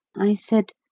i said,